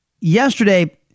yesterday